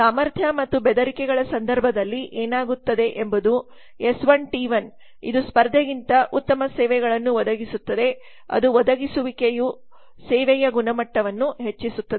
ಸಾಮರ್ಥ್ಯ ಮತ್ತು ಬೆದರಿಕೆಗಳ ಸಂದರ್ಭದಲ್ಲಿ ಏನಾಗುತ್ತದೆ ಎಂಬುದು ಎಸ್ 1 ಟಿ 1 ಇದು ಸ್ಪರ್ಧೆಗಿಂತ ಉತ್ತಮ ಸೇವೆಗಳನ್ನು ಒದಗಿಸುತ್ತದೆ ಅದು ಒದಗಿಸುವಿಕೆಯು ಸೇವೆಯ ಗುಣಮಟ್ಟವನ್ನು ಹೆಚ್ಚಿಸುತ್ತದೆ